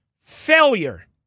failure